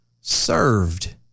served